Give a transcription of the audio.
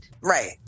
Right